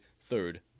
Third